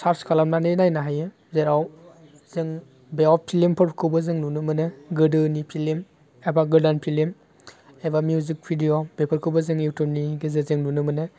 church खालामनानै नायनो हायो जेराव जों बेयाव फिल्मफोरखौबो जों लुनो मोनो गोदोनि फिल्म एबा गोदान फिल्म एबा मिउजिक भिडिअ बेफोरखौबो जों इउटुबनि गेजेरजों नुनो मोनो